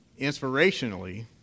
Inspirationally